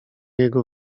jego